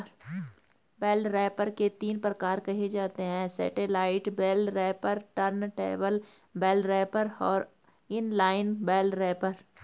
bell wrapper के तीन प्रकार कहे जाते हैं satellite bale wrapper, turntable bale wrapper और इन लाइन बेल रैपर